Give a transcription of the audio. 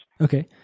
Okay